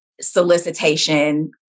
solicitation